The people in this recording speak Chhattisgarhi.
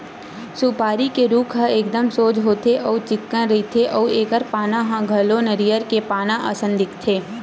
सुपारी के रूख ह एकदम सोझ होथे अउ चिक्कन रहिथे अउ एखर पाना ह घलो नरियर के पाना असन दिखथे